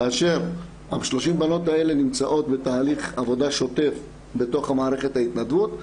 כאשר 30 בנות אלה נמצאות בתהליך עבודה שותף בתוך מערכת ההתנדבות,